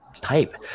type